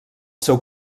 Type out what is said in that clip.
seu